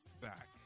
back